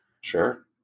Sure